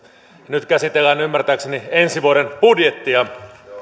nyt käsitellään ymmärtääkseni ensi vuoden budjettia